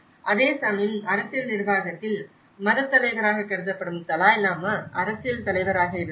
அதேசமயம் அரசியல் நிர்வாகத்தில் மதத் தலைவராகக் கருதப்படும் தலாய் லாமா அரசியல் தலைவராக இருந்தார்